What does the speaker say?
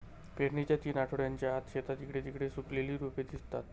पेरणीच्या तीन आठवड्यांच्या आत, शेतात इकडे तिकडे सुकलेली रोपे दिसतात